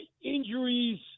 injuries